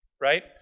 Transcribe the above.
Right